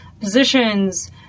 positions